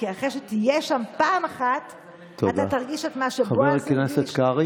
כי אחרי שתהיה שם פעם אחת אתה תרגיש את מה שבועז הרגיש,